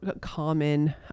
common